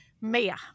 Mia